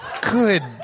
Good